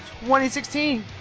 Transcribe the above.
2016